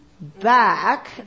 back